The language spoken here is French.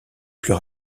plus